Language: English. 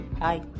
Hi